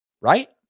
Right